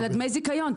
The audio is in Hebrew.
על דמי הזיכיון,